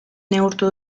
neurtu